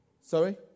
sorry